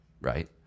right